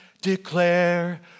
declare